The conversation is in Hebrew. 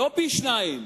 לא פי-שניים,